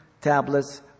tablets